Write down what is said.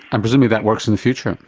and presumably that work is in the future?